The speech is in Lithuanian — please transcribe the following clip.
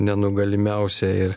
nenugalimiausią ir